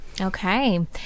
Okay